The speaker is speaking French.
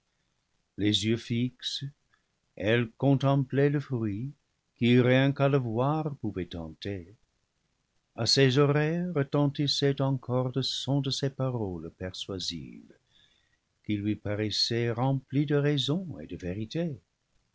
les yeux fixes elle contemplait le fruit qui rien qu'à le voir pouvait tenter à ses oreilles retentissait encore le son de ces paroles persuasives qui lui paraissaient remplies de raison et de vérité